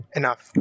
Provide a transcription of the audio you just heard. enough